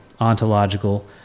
ontological